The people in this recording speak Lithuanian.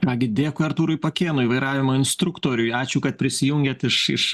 ką gi dėkui artūrui pakėnui vairavimo instruktoriui ačiū kad prisijungėt iš iš